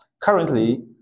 currently